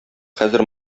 хәзер